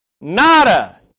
Nada